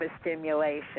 stimulation